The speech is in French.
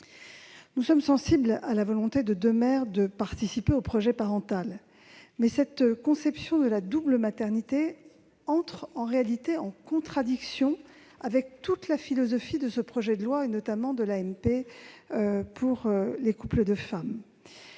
Nous sommes sensibles à la volonté de deux mères de participer au projet parental, mais cette conception de la double maternité entre en réalité en contradiction avec toute la philosophie de ce projet de loi, notamment avec l'ouverture de l'AMP aux couples de femmes.